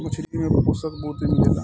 मछरी में पोषक बहुते मिलेला